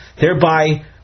thereby